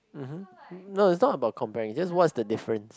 mmhmm no is not about comparing is just what is the difference